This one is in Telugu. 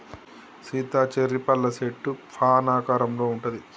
సీత చెర్రీ పళ్ళ సెట్టు ఫాన్ ఆకారంలో ఉంటది